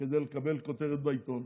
כדי לקבל כותרת בעיתון?